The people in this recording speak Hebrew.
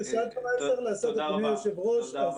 אדוני היושב-ראש,